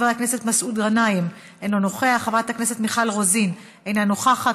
חבר הכנסת מסעוד גנאים אינו נוכח,